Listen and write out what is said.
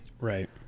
Right